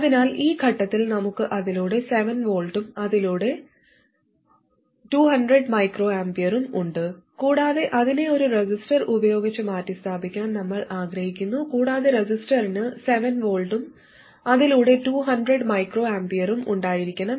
അതിനാൽ ഈ ഘട്ടത്തിൽ നമുക്ക് അതിലൂടെ 7V ഉം അതിലൂടെ 200 µA ഉം ഉണ്ട് കൂടാതെ അതിനെ ഒരു റെസിസ്റ്റർ ഉപയോഗിച്ച് മാറ്റിസ്ഥാപിക്കാൻ നമ്മൾ ആഗ്രഹിക്കുന്നു കൂടാതെ റെസിസ്റ്ററിന് 7V ഉം അതിലൂടെ 200 µA ഉം ഉണ്ടായിരിക്കണം